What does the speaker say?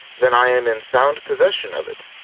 then i am in sound possession of it.